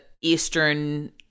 Eastern